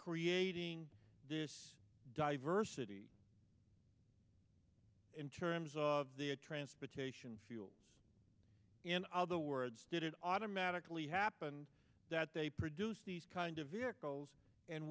creating this diversity in terms of the a transportation fuel in other words did it automatically happen that they produce these kind of vehicles and